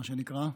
מה שנקרא,